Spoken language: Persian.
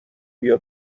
بیا